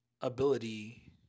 ability